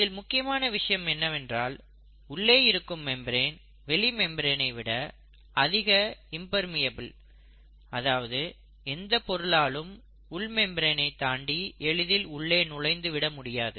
இதில் முக்கியமான விஷயம் என்னவென்றால் உள்ளே இருக்கும் மெம்பரேன் வெளி மெம்பரேனை விட அதிக இம்பெர்மியபில் அதாவது எந்தப் பொருளாலும் உள் மெம்பரேனை தாண்டி எளிதில் உள்ளே நுழைந்து விட முடியாது